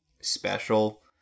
special